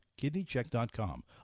kidneycheck.com